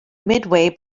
midway